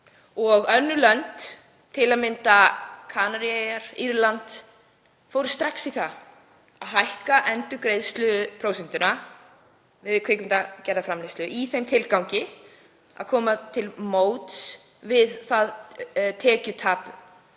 Önnur lönd, til að mynda Kanaríeyjar, Írland, fóru strax í það að hækka endurgreiðsluprósentuna fyrir kvikmyndagerð- og framleiðslu í þeim tilgangi að koma til móts við tekjutap